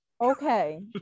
Okay